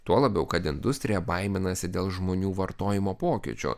tuo labiau kad industrija baiminasi dėl žmonių vartojimo pokyčių